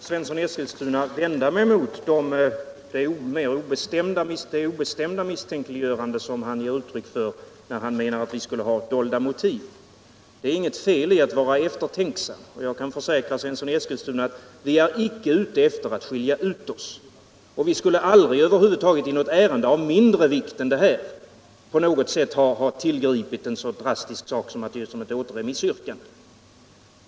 Herr talman! Jag vill vända mig mot det obestämda misstänkliggörande som herr Svensson i Eskilstuna ger uttryck för när han menar att vi har dolda motiv. Det är inget fel att vara eftertänksam, och jag kan försäkra herr Svensson i Eskilstuna att vi inte är ute efter att skilja ut oss. Vi skulle aldrig i något ärende av mindre vikt än detta ha tillgripit något så drastiskt som ett återremissyrkande.